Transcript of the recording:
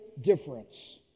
difference